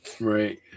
Right